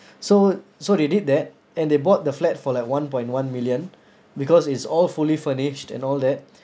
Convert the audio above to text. so so they did that and they bought the flat for like one point one million because it's all fully furnished and all that